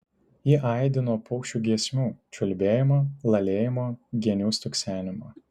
ji aidi nuo paukščių giesmių čiulbėjimo lalėjimo genių stuksenimo